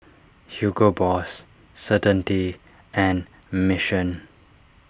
Hugo Boss Certainty and Mission